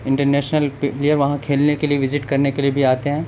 inter national player وہاں کھیلنے کے لیے وزٹ کرنے کے لیے بھی آتے ہیں